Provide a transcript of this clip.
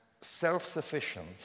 self-sufficient